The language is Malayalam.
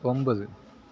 ഒമ്പത്